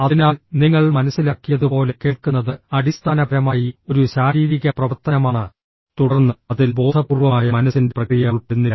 അതിനാൽ നിങ്ങൾ മനസ്സിലാക്കിയതുപോലെ കേൾക്കുന്നത് അടിസ്ഥാനപരമായി ഒരു ശാരീരിക പ്രവർത്തനമാണ് തുടർന്ന് അതിൽ ബോധപൂർവമായ മനസ്സിന്റെ പ്രക്രിയ ഉൾപ്പെടുന്നില്ല